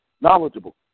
knowledgeable